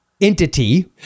entity